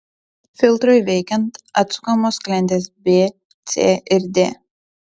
filtrui veikiant atsukamos sklendės b c ir d